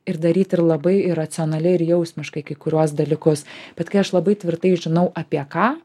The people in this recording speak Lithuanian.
ir daryti ir labai iracionaliai ir jausmiškai kai kuriuos dalykus bet kai aš labai tvirtai žinau apie ką